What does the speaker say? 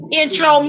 intro